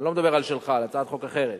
אני לא מדבר על שלך, על הצעת חוק אחרת.